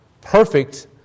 Perfect